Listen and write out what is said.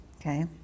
Okay